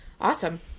awesome